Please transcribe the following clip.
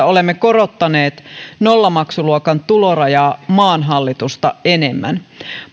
olemme korottaneet nollamaksuluokan tulorajaa maan hallitusta enemmän